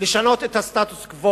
לשנות את הסטטוס-קוו